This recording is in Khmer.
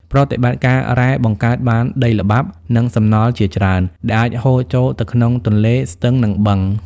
ប្រតិបត្តិការរ៉ែបង្កើតបានដីល្បាប់ និងសំណល់ជាច្រើន ដែលអាចហូរចូលទៅក្នុងទន្លេ ស្ទឹង និងបឹង ។